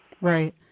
Right